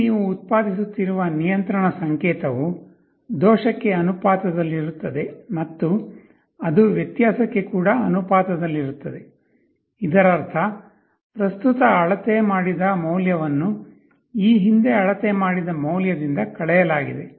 ಇಲ್ಲಿ ನೀವು ಉತ್ಪಾದಿಸುತ್ತಿರುವ ನಿಯಂತ್ರಣ ಸಂಕೇತವು ದೋಷಕ್ಕೆ ಅನುಪಾತದಲ್ಲಿರುತ್ತದೆ ಮತ್ತು ಅದು ವ್ಯತ್ಯಾಸಕ್ಕೆ ಕೂಡ ಅನುಪಾತದಲ್ಲಿರುತ್ತದೆ ಇದರರ್ಥ ಪ್ರಸ್ತುತ ಅಳತೆ ಮಾಡಿದ ಮೌಲ್ಯವನ್ನು ಈ ಹಿಂದೆ ಅಳತೆ ಮಾಡಿದ ಮೌಲ್ಯದಿಂದ ಕಳೆಯಲಾಗಿದೆ